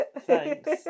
Thanks